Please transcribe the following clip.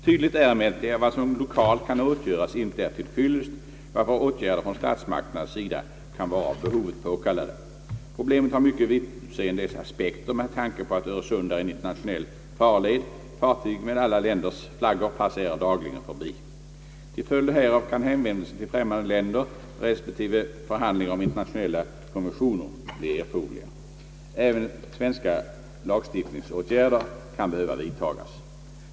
Tydligt är emellertid att vad som 1okalt kan åtgöras icke är till fyllest, varför åtgärder från statsmakternas sida kan vara av behovet påkallade, Problemet har mycket vittutseende aspekter med tanke på att Öresund är en internationell farled; fartyg med alla länders flaggor passerar dagligen förbi. Till följd därav kan hänvändelser till främmande länder resp. förhandlingar om internationella konventioner bli erforderliga. även svenska lagstiftningsåtgärder kan behöva vidtagas.